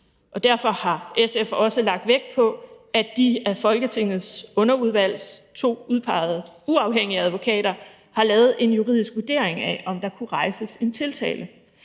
Derfor har SF også lagt vægt på, at de af Folketingets underudvalg to udpegede uafhængige advokater har lavet en juridisk vurdering af, om der kunne rejses en tiltale.